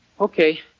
Okay